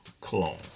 Cologne